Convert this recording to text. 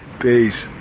Peace